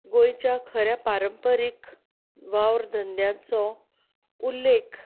गोंयच्या खऱ्या पारंपरीक वावर धंद्याचो